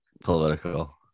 political